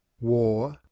WAR